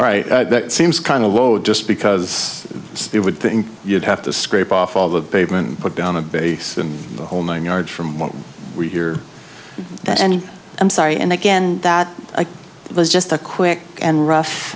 right that seems kind of low just because it would think you'd have to scrape off all the basement and put down a base and the whole nine yards from what we hear that and i'm sorry and again that it was just a quick and rough